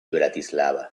bratislava